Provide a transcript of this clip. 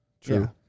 True